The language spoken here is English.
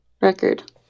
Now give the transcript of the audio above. record